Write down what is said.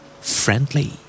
Friendly